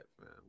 man